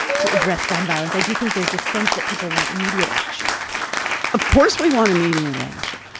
to address gun violence? i do think there's a sense that people want immediate action of course we want immediate action.